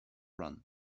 run